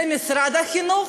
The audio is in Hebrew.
זה משרד החינוך,